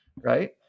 right